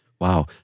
Wow